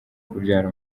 kubyara